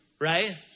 Right